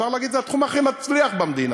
אפשר להגיד את זה על התחום הכי מצליח במדינה.